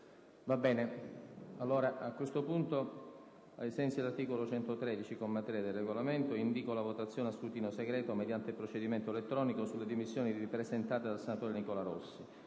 apre una nuova finestra"). Ai sensi dell'articolo 113, comma 3, del Regolamento, indico la votazione a scrutinio segreto, mediante procedimento elettronico, sulle dimissioni presentate dal senatore Nicola Rossi.